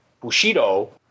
Bushido